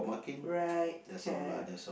right have